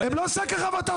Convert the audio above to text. הם לא שק החבטות